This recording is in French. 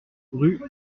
rue